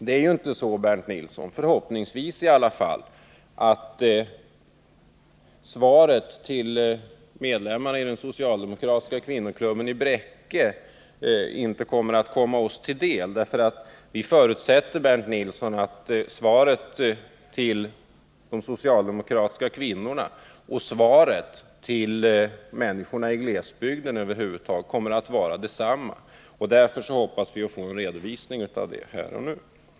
Det är ju inte så — förhoppningsvis i alla fall — att svaret till medlemmarna av den socialdemokratiska kvinnoklubben i Bräcke inte kommer oss till del. Vi förutsätter, Bernt Nilsson, att svaret till de socialdemokratiska kvinnorna och svaret till människorna i glesbygden i huvudsak kommer att vara detsamma. Därför hoppas vi att få en redovisning av det här och nu.